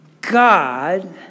God